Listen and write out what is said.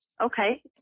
Okay